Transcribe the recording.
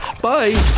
Bye